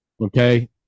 Okay